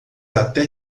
até